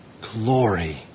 glory